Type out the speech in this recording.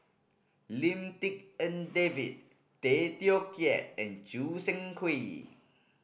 Lim Tik En David Tay Teow Kiat and Choo Seng Quee